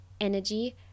energy